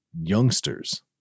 youngsters